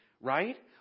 right